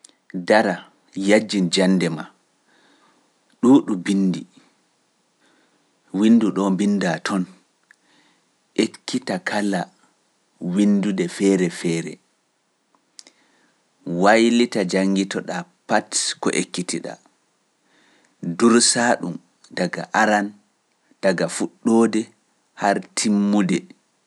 Dara, yaajin jannde maa, ɗuuɗu binndi, winndu ɗoo mbinndaa toon, ekkita kala winndude feere feere, waylita janngito ɗaa pat ko ekkiti ɗaa, dursa ɗum daga aran, daga fuɗɗoode, har timmude.